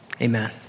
Amen